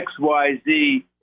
XYZ